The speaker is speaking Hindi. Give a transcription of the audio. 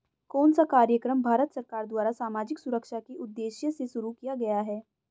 कौन सा कार्यक्रम भारत सरकार द्वारा सामाजिक सुरक्षा के उद्देश्य से शुरू किया गया है?